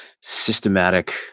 systematic